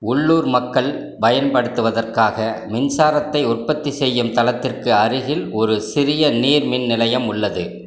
உள்ளூர் மக்கள் பயன்படுத்துவதற்காக மின்சாரத்தை உற்பத்தி செய்யும் தளத்திற்கு அருகில் ஒரு சிறிய நீர்மின் நிலையம் உள்ளது